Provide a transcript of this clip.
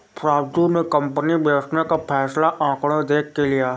राजू ने कंपनी बेचने का फैसला आंकड़े देख के लिए